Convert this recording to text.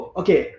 okay